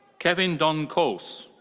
kevin don kos.